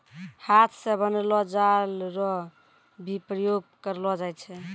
हाथ से बनलो जाल रो भी प्रयोग करलो जाय छै